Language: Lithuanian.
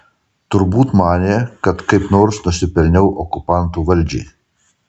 turbūt manė kad kaip nors nusipelniau okupantų valdžiai